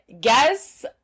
guess